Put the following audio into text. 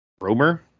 Romer